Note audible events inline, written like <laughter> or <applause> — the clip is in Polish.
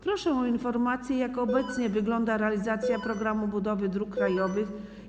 Proszę o informację, <noise> jak obecnie wygląda realizacja „Programu budowy dróg krajowych”